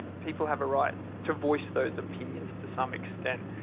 people have a right to voice those opinions to some extent.